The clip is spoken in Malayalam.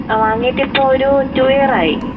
ആ വാങ്ങിയിട്ട് ഇപ്പോൾ ഒരു ടു ഇയറായി